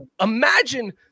imagine